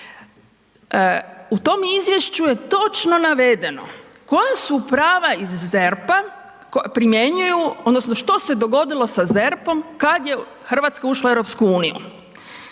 U tom izvješću je točno navedeno koja su prava iz ZERP-a primjenjuju odnosno što se dogodilo sa ZERP-om kad je Hrvatska ušla u EU.